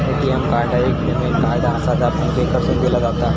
ATM card एक payment card आसा, जा बँकेकडसून दिला जाता